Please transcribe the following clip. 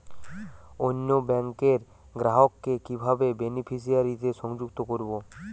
অন্য ব্যাংক র গ্রাহক কে কিভাবে বেনিফিসিয়ারি তে সংযুক্ত করবো?